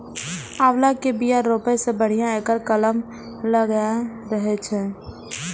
आंवला के बिया रोपै सं बढ़िया एकर कलम लगेनाय रहै छै